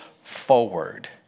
forward